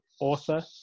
author